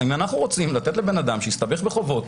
אם אנחנו רוצים לתת לאדם שהסתבך בחובות